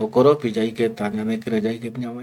jokoropi yaiketa ñanekirei yaike ñamae jeyae